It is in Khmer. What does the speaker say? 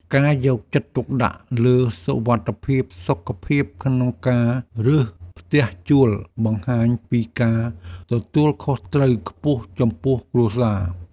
ការយកចិត្តទុកដាក់លើសុវត្ថិភាពសុខភាពក្នុងការរើសផ្ទះជួលបង្ហាញពីការទទួលខុសត្រូវខ្ពស់ចំពោះគ្រួសារ។